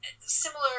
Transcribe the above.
Similar